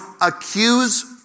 accuse